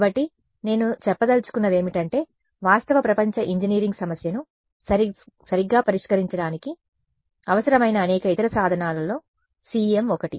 కాబట్టి నేను చెప్పదలుచుకున్నది ఏమిటంటే వాస్తవ ప్రపంచ ఇంజనీరింగ్ సమస్యను సరిగ్గా పరిష్కరించడానికి అవసరమైన అనేక ఇతర సాధనాల్లో CEM ఒకటి